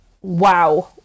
wow